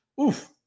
Oof